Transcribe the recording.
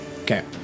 Okay